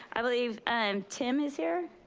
i believe um tim is here.